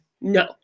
No